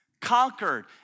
Conquered